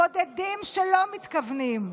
הבודדים שלא מתכוונים,